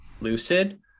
lucid